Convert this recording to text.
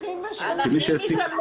כמי שהעסיק.